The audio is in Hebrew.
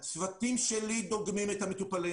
הוא ישרת אותנו נאמנה גם במקרים כדוגמת המקרה שהיינו בו בגל